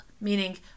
Meaning